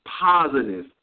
positive